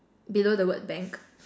below the word bank